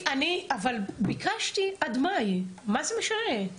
אבל אני ביקשתי עד מאי, מה זה משנה?